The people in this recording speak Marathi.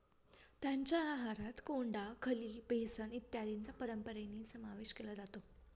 त्यांच्या आहारात कोंडा, खली, बेसन इत्यादींचा परंपरेने समावेश केला जातो